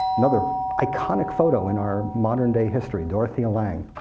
another iconic photo in our modern day history, dorothea lange,